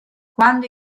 quando